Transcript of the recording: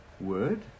word